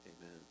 Amen